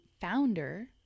founder